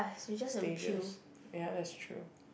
stages ya that is true